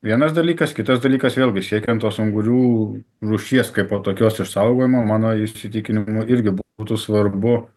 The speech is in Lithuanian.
vienas dalykas kitas dalykas vėlgi siekiant tos ungurių rūšies kaipo tokios išsaugojimo mano įsitikinimu irgi būtų svarbu